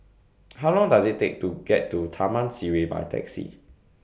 How Long Does IT Take to get to Taman Sireh By Taxi